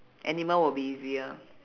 animal would be easier